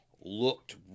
looked